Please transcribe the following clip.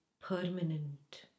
permanent